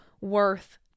worth